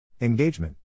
Engagement